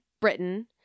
Britain